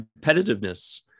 competitiveness